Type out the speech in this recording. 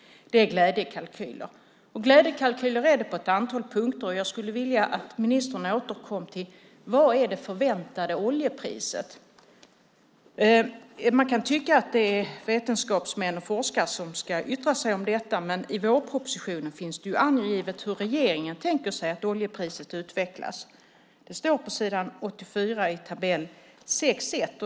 Det är glädjekalkyler. Det är glädjekalkyler på ett antal punkter. Jag skulle vilja att ministern återkom till det förväntade oljepriset. Man kan tycka att det är vetenskapsmän och forskare som ska yttra sig om detta. Men i vårpropositionen finns det angivet hur regeringen tänker sig att oljepriset utvecklas. Det står på s. 84 i tabell 6.1.